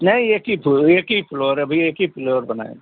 नहीं एक ही फ्लोर एक ही फ्लोर अभी एक ही फ्लोर बना है